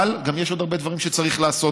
אבל גם יש עוד הרבה דברים שצריך לעשות,